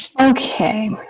Okay